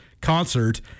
concert